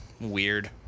weird